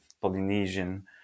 Polynesian